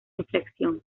inflexión